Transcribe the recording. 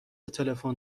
تلفن